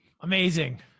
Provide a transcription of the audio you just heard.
amazing